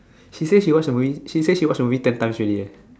she say she watch the movie she say she watch the movie ten times already eh